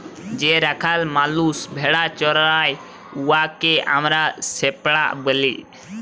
যে রাখাল মালুস ভেড়া চরাই উয়াকে আমরা শেপাড় ব্যলি